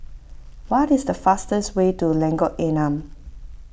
what is the fastest way to Lengkok Enam